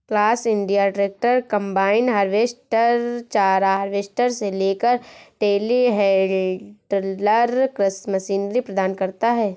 class India tractor, combine harvester, चारा harvester से लेकर टेलीहैंडलर कृषि मशीनरी प्रदान करता है